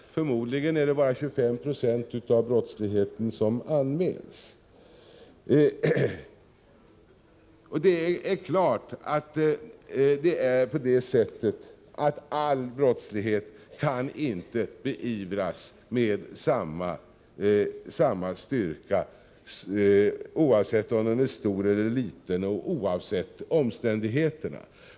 Förmodligen är det bara 25 96 av brottsligheten som anmäls. Det är klart att inte all brottslighet kan beivras med samma styrka, oavsett om den är stor eller liten och oavsett omständigheterna.